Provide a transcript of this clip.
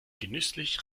genüsslich